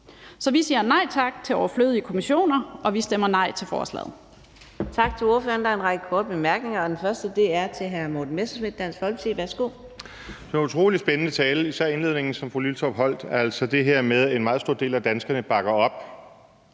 Så vi siger nej tak til overflødige kommissioner, og vi stemmer nej til forslaget.